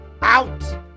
Out